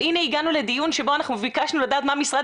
אבל הנה הגענו לדיון שבו אנחנו ביקשנו לדעת מה משרד